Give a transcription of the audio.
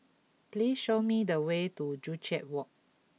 please show me the way to Joo Chiat Walk